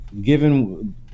given